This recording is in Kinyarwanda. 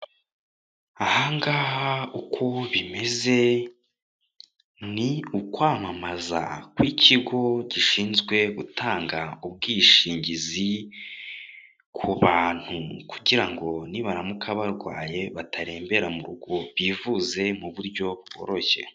Ni ukwamamaza kw'ikigo gishinzwe gutanga ubwishingizi k'ubantu, kugira ngo nibaramuka barwaye batarembera mu rugo bivuze mu buryo bworoshye.